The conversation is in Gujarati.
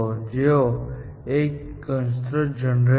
જેનો અર્થ છે કોન્સ્ટ્રેન્ટ જનરેટર